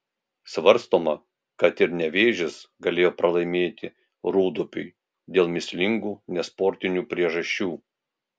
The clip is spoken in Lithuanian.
svarstoma kad ir nevėžis galėjo pralaimėti rūdupiui dėl mįslingų nesportinių priežasčių